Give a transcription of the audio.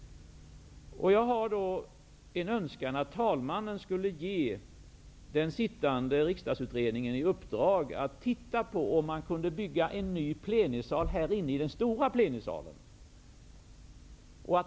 Jag önskar att talmannen ville ge den sittande riksdagsutredningen i uppdrag att undersöka om man kan bygga en ny plenisal inne i den stora plenisalen.